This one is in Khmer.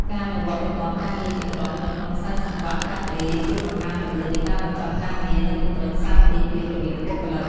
ការអនុវត្តប្រព័ន្ធការងារជាក្រុម នៅក្នុងខ្សែសង្វាក់កាត់ដេរ ជួយបង្កើនល្បឿននៃការបញ្ចប់ការងារ និងពង្រឹងសាមគ្គីភាពរវាងបុគ្គលិក។